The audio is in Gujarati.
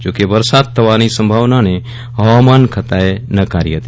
જો કે વરસાદ થવાની સંભાવના હવામાન ખાતા એ નકારી હતી